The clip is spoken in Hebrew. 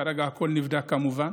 כרגע הכול נבדק, כמובן.